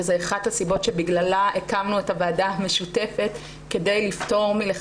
וזאת אחת הסיבות שבגללה הקמנו את הוועדה המשותפת כדי לפתור.